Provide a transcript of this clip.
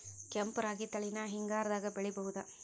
ಕೆಂಪ ರಾಗಿ ತಳಿನ ಹಿಂಗಾರದಾಗ ಬೆಳಿಬಹುದ?